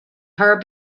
her